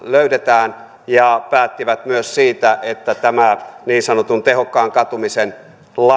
löydetään ja myös siitä että tämä niin sanotun tehokkaan katumisen